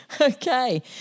Okay